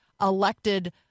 elected